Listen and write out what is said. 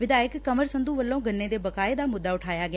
ਵਿਧਾਇਕ ਕੰਵਰ ਸੰਧੁ ਵਲੋਂ ਗੰਨੇ ਦੇ ਬਕਾਏ ਦਾ ਮੁੱਦਾ ਉਠਾਇਆ ਗਿਆ